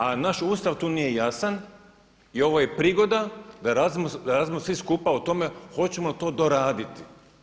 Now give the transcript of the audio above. A naš Ustav tu nije jasan i ovo je prigoda da razmislimo svi skupa o tome hoćemo li to doraditi.